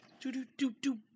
do-do-do-do